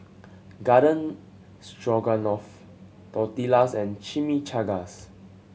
Garden Stroganoff Tortillas and Chimichangas